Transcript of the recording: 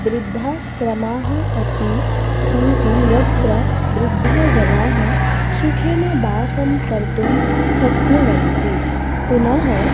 वृद्धाश्रमाः अपि सन्ति यत्र वृद्धजनाः सुखेन वासं कर्तुं शक्नुवन्ति पुनः